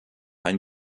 ein